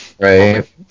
Right